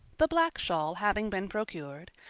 the black shawl having been procured,